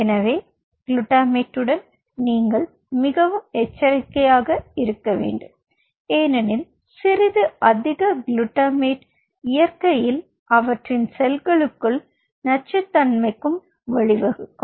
எனவே குளுட்டமேட்டுடன் நீங்கள் மிகவும் எச்சரிக்கையாக இருக்க வேண்டும் ஏனெனில் சிறிது அதிக குளுட்டமேட் இயற்கையில் அவற்றின் செல்களுக்குள் நச்சுத்தன்மைக்கு வழிவகுக்கும்